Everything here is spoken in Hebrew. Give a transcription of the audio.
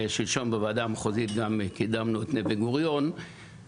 להאיץ את הגעת המודיעין לנגב ללא התלבטויות וללא חסמים.